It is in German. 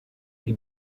die